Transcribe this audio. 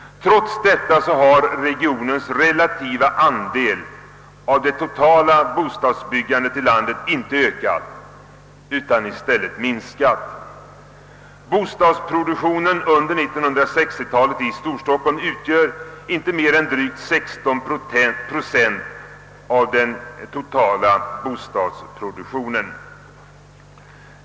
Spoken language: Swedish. Trots detta har regionens relativa andel av det totala bostadsbyggandet i landet inte ökat utan i stället minskat. Bostadsproduktionen under 1960-talet i Storstockholm utgör inte mer än drygt 16 procent av den totala bostadsproduktionen.